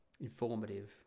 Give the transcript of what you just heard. Informative